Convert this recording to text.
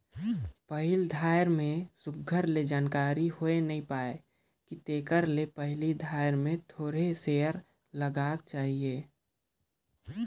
पहिल धाएर में सुग्घर ले जानकारी होए नी पाए कि तेकर ले पहिल धाएर में थोरहें सेयर लगागा चाही